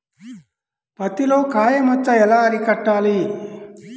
పత్తిలో కాయ మచ్చ ఎలా అరికట్టాలి?